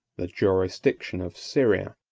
the jurisdiction of syria.